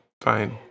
fine